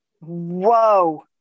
Whoa